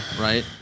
right